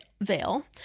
veil